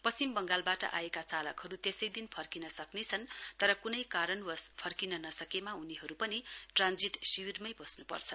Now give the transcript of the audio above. पश्चिम बंगालबाट आएका चालकहरू त्यसैदिन फर्किन सक्नेछन् तर कुनै कारणवश फर्किने नसकेमा उनीहरू पनि ट्रान्जिट शिविरमै बस्नुपर्छ